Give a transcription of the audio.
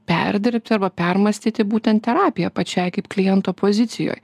perdirbti arba permąstyti būtent terapija pačiai kaip kliento pozicijoj